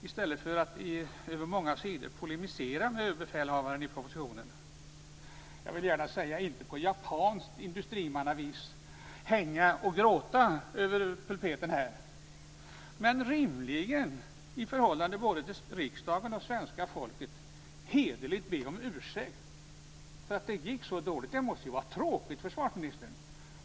I stället för att över många sidor polemisera med överbefälhavaren borde han för detta be riksdagen och svenska folket, om inte på japanskt industrimannavis gråtande och hängande över pulpeten, så hederligt om ursäkt för att det gick så dåligt. Det måste vara tråkigt för försvarsministern.